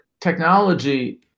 technology